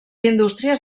indústries